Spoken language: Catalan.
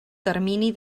termini